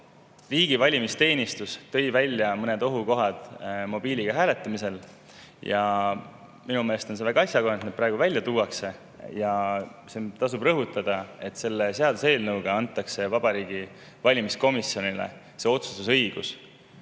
Riigi valimisteenistus tõi välja mõned ohukohad mobiiliga hääletamisel. Minu meelest on see väga asjakohane, et need praegu välja tuuakse. Tasub rõhutada, et selle seaduseelnõuga antakse Vabariigi Valimiskomisjonile otsustusõigus